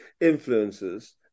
influences